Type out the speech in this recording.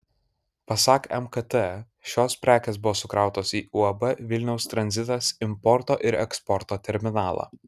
pasak mkt šios prekės buvo sukrautos į uab vilniaus tranzitas importo ir eksporto terminalą